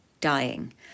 dying